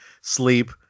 sleep